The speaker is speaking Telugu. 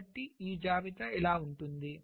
కాబట్టి ఈ జాబితా ఇలా ఉంటుంది